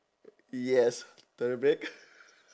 yes perfect